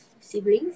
siblings